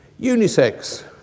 Unisex